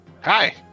hi